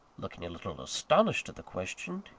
looking a little astonished at the question,